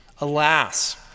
Alas